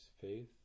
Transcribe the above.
faith